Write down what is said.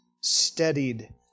steadied